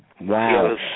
Wow